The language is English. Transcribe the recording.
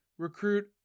recruit